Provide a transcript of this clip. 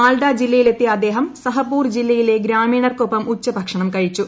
മാൽഡ ജില്ലയിലെത്തിയ അദ്ദേഹം സഹപൂർ ജില്ലയിലെ ഗ്രാമീണർക്കൊപ്പം ഉച്ചഭക്ഷണം കഴിച്ചു